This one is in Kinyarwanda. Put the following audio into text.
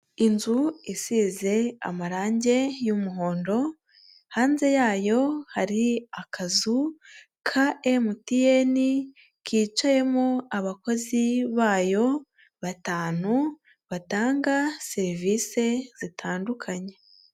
Inzu isize amarange y'umuhondo hanze yayo hari akazu ka MTN kicayemo abakozi bayo batanu batanga serivise zitandukanye.